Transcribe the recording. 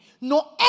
No